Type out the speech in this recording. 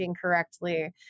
correctly